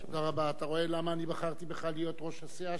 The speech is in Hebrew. אתה רואה למה אני בחרתי בך להיות ראש הסיעה שלי?